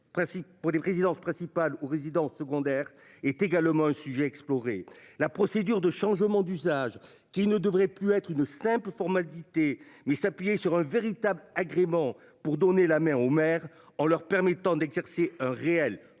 d'une résidence principale ou résidence secondaire est également un sujet explorer la procédure de changement d'usage qui ne devrait plus être une simple formalité mais s'appuyer sur un véritable agrément pour donner la main aux maires en leur permettant d'exercer un réel contrôle